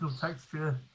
texture